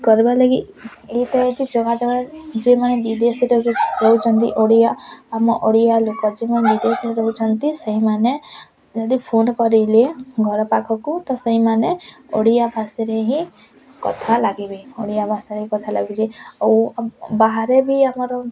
କରବା ଲାଗି ଏଇ ତ ଏଇଠି ଯୋଗାଯୋଗ ଯେଉଁମାନେ ବିଦେଶରେ ରହୁଛନ୍ତି ଓଡ଼ିଆ ଆମ ଓଡ଼ିଆ ଲୋକ ଯେଉଁମାନେ ବିଦେଶରେ ରହୁଛନ୍ତି ସେହି ମାନେ ଯଦି ଫୋନ କରିଲେ ଘର ପାଖକୁ ତ ସେଇମାନେ ଓଡ଼ିଆ ଭାଷାରେ ହିଁ କଥା ଲାଗିବେ ଓଡ଼ିଆ ଭାଷାରେ ହିଁ କଥା ଲାଗିବେ ଆଉ ଆଉ ବାହାରେ ବି ଆମର